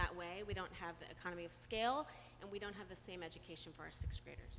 that way we don't have the economy of scale and we don't have the same education first experience